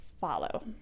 follow